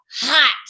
hot